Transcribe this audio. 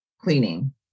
cleaning